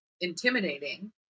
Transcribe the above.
intimidating